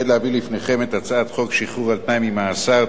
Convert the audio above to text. הוא: הצעת חוק שחרור על-תנאי ממאסר (תיקון